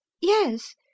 yes